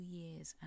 years